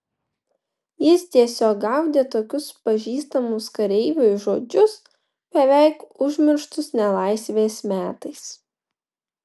jis tiesiog gaudė tokius pažįstamus kareiviui žodžius beveik užmirštus nelaisvės metais